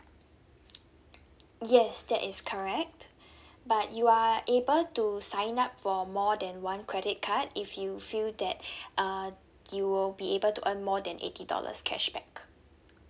yes that is correct but you are able to sign up for more than one credit card if you feel that uh you will be able to earn more than eighty dollars cashback